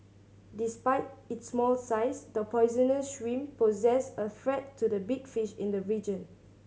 despite its small size the poisonous shrimp poses a threat to the big fish in the region